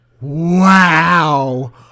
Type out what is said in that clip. Wow